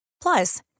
Plus